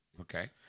Okay